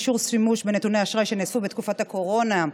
אישור שימוש בנתוני אשראי שנעשו בתקופת הקורונה),